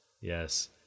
yes